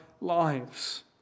lives